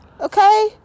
Okay